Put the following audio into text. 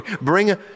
bring